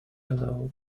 below